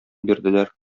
бирделәр